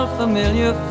familiar